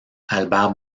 albert